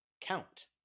count